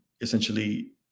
essentially